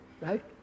right